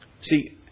See